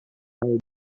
mild